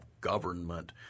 government